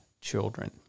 children